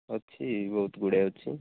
ଅଛି ବହୁତ ଗୁଡ଼ାଏ ଅଛି